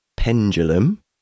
pendulum